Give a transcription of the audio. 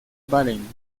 baden